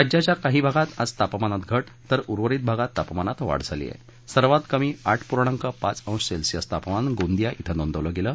राज्याच्या काही भागात आज तापमानात घट तर उर्वरित भागात तापमानात वाढ झाली आहे सर्वात कमी आठ पूर्णांक पाच अंश सेल्सिअस तापमान गोंदिया धिं नोंदवलं गेलं